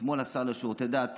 אתמול השר לשירותי דת